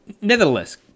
nevertheless